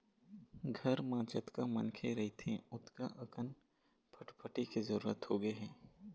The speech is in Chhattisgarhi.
घर म जतका मनखे रहिथे ओतका अकन फटफटी के जरूरत होगे हे